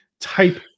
type